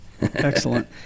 Excellent